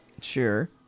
sure